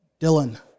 Dylan